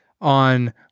on